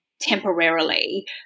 temporarily